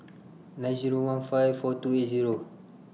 nine Zero one five four two eight Zero